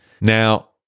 Now